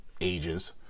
ages